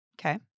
Okay